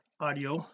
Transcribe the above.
audio